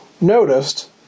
noticed